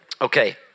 Okay